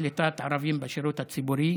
לקליטת ערבים בשירות הציבורי,